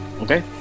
Okay